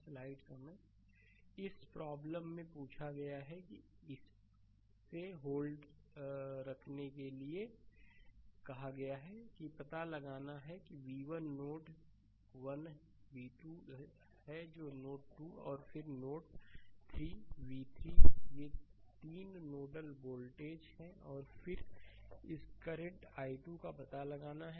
slide समय देखें 0123 इस प्रॉब्लम में यह पूछा गया है कि इसे होल्ड रखने के लिए कहा गया है कि पता लगाना है v1 यह नोड 1 v2 है जो नोड 2 है और फिर नोड 3 v3 ये 3 नोडल वोल्टेज है और फिर इस करंट i2 का पता लगाना है